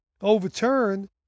overturned